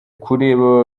kureba